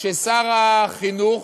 ששר החינוך